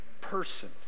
person